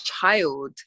child